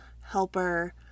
helper